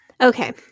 Okay